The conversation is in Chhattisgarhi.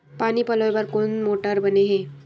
पानी पलोय बर कोन मोटर बने हे?